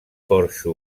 porxo